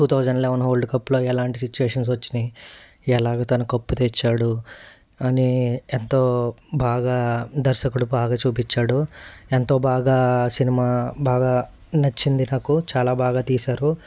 two thousand eleven world కప్లో ఎలాంటి situations వచ్చాయి ఎలాగా తన కప్పు తెచ్చాడు అని ఎంతో బాగా దర్శకుడు బాగా చూపించాడు ఎంతో బాగా సినిమా బాగా నచ్చింది నాకు చాలా బాగా తీసారు